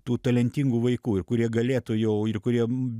tų talentingų vaikų ir kurie galėtų jau ir kuriem